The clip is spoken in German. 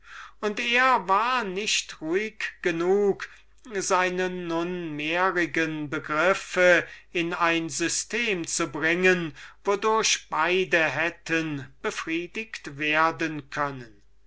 und er war nicht ruhig genug oder vielleicht auch zu träge seine nunmehrige begriffe in ein system zu bringen wodurch beide hatten befriedigt werden können